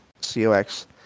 C-O-X